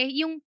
yung